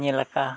ᱧᱮᱞᱟᱠᱟᱜᱼᱟ